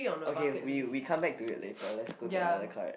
okay we we come back to it later let's go to another card